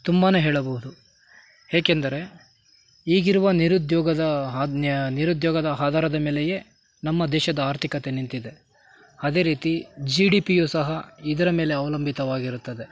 ತುಂಬಾ ಹೇಳಬಹುದು ಏಕೆಂದರೆ ಈಗಿರುವ ನಿರುದ್ಯೋಗದ ಆಜ್ಞೆ ನಿರುದ್ಯೋಗದ ಆಧಾರದ ಮೇಲೆಯೇ ನಮ್ಮ ದೇಶದ ಆರ್ಥಿಕತೆ ನಿಂತಿದೆ ಅದೇ ರೀತಿ ಜಿ ಡಿ ಪಿಯೂ ಸಹ ಇದರ ಮೇಲೆ ಅವಲಂಬಿತವಾಗಿರುತ್ತದೆ